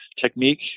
technique